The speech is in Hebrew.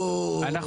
כן.